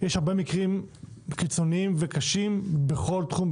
יש הרבה מקרים קיצוניים וקשים בכל תחום,